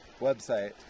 website